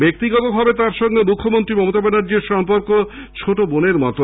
ব্যক্তিগত ভাবে তাঁর সঙ্গে মুখ্যমন্ত্রী মমতা ব্যানার্জীর সম্পর্ক ছোট বোনের মতো